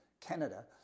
Canada